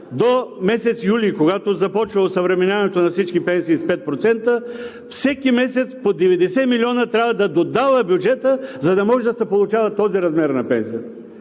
до месец юли, когато започва осъвременяването на всички пенсии с 5%, всеки месец по 90 милиона трябва да додава бюджетът, за да може да се получава този размер на пенсията.